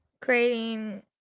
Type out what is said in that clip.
creating